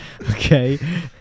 Okay